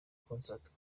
concert